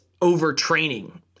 overtraining